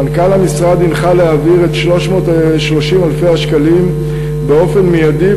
מנכ"ל המשרד הנחה להעביר את 330,000 השקלים באופן מיידי,